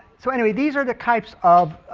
so anyway these are the types of